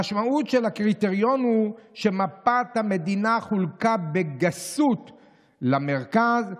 המשמעות של הקריטריון הוא שמפת המדינה חולקה בגסות למרכז,